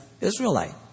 Israelite